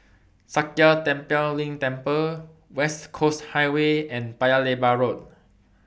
Sakya Tenphel Ling Temple West Coast Highway and Paya Lebar Road